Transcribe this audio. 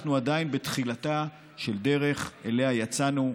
אנחנו עדיין בתחילתה של דרך שאליה יצאנו,